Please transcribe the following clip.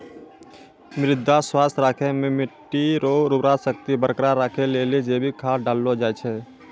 मृदा स्वास्थ्य राखै मे मट्टी रो उर्वरा शक्ति बरकरार राखै लेली जैविक खाद डाललो जाय छै